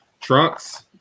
Trunks